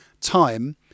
time